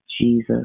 Jesus